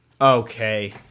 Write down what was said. Okay